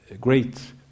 great